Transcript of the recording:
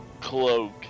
cloak